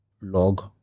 log